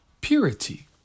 purity